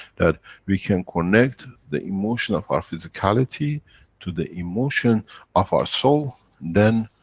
that we can connect the emotion of our physicality to the emotion of our soul, then,